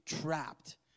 trapped